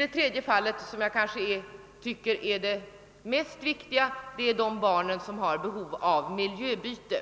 Det tredje fallet, vilket jag bedömer som det kanske mest viktiga, gäller de barn som har behov av miljöbyte.